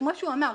כמו שהוא אמר,